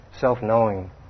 self-knowing